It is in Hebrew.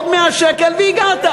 אתה צודק,